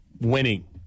winning